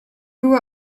było